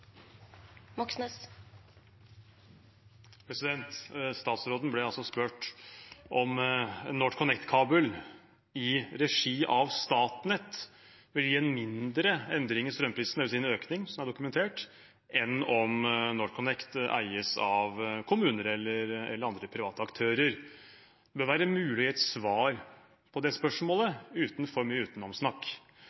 i regi av Statnett vil gi mindre endring i strømprisen – dvs. en økning, som er dokumentert – enn om NorthConnect eies av kommuner eller andre private aktører. Det bør være mulig å gi et svar på det spørsmålet